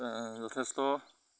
যথেষ্ট